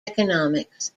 economics